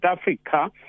Africa